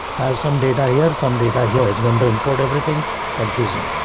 have some data here. some data here is going to import everything confusing.